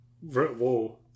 Whoa